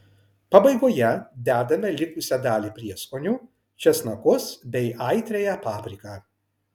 pabaigoje dedame likusią dalį prieskonių česnakus bei aitriąją papriką